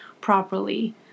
properly